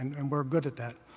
and we're good at that.